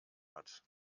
hat